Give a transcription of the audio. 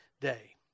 day